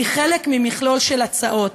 היא חלק ממכלול של הצעות.